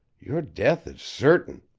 your death is certain!